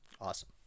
awesome